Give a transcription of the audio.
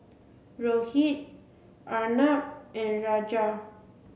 Rohit Arnab and Rajan